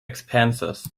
expenses